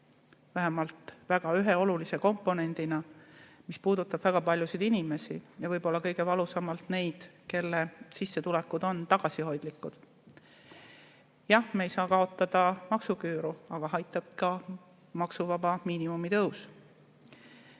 ühe väga olulise komponendina. See puudutab väga paljusid inimesi ja võib-olla kõige valusamalt neid, kelle sissetulekud on tagasihoidlikud. Jah, me ei saa kaotada maksuküüru, aga aitab ka maksuvaba miinimumi tõus.